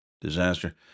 Disaster